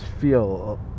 feel